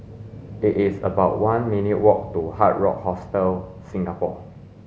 it is about one minutes' walk to Hard Rock Hostel Singapore